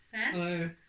Hello